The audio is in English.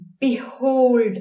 Behold